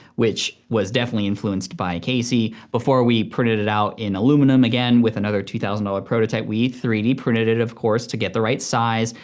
which was definitely influenced by casey. before we printed it out in aluminum again with another two thousand dollars ah prototype, we three d printed it, of course, to get the right size,